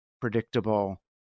predictable